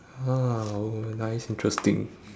oh nice interesting